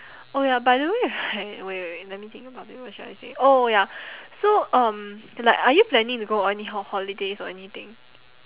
oh ya by the way right wait wait wait let me think properly what should I say oh oh ya so um like are you planning to go on any hol~ holidays or anything